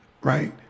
right